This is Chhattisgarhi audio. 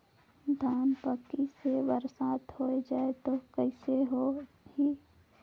धान पक्की से बरसात हो जाय तो कइसे हो ही?